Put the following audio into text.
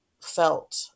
felt